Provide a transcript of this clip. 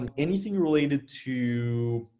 and anything related to,